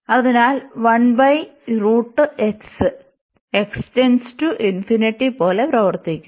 അതിനാൽ പോലെ പ്രവർത്തിക്കുന്നു